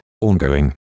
ongoing